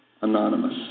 Anonymous